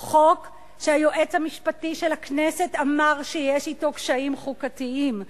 או חוק שהיועץ המשפטי של הכנסת אמר שיש אתו קשיים חוקתיים.